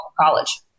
college